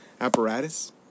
apparatus